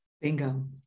Bingo